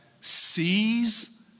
sees